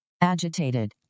agitated